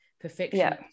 perfection